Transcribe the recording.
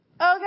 okay